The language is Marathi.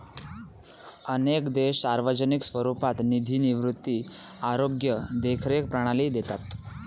अनेक देश सार्वजनिक स्वरूपात निधी निवृत्ती, आरोग्य देखरेख प्रणाली देतात